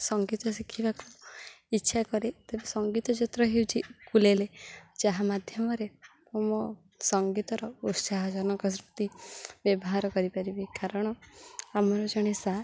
ସଙ୍ଗୀତ ଶିଖିବାକୁ ଇଚ୍ଛା କରେ ତେବେ ସଙ୍ଗୀତ ଯନ୍ତ୍ର ହେଉଛି କୁଲେଲେ ଯାହା ମାଧ୍ୟମରେ ମୋ ସଙ୍ଗୀତର ଉତ୍ସାହଜନକ ସୃତି ବ୍ୟବହାର କରିପାରିବି କାରଣ ଆମର ଜଣେ ସାର୍